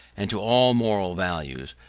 and to all moral values,